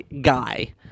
guy